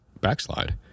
backslide